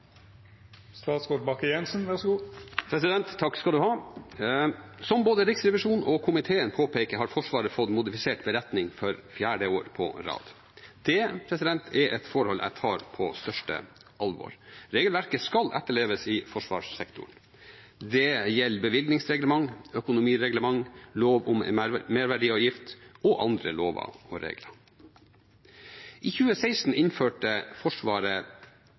komiteen påpeker, har Forsvaret fått modifisert beretning for fjerde år på rad. Det er et forhold jeg tar på største alvor. Regelverket skal etterleves i forsvarssektoren. Det gjelder bevilgningsreglement, økonomireglement, lov om merverdiavgift og andre lover og regler. I 2016 innførte Forsvaret